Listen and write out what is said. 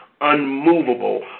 unmovable